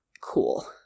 cool